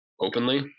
openly